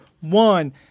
One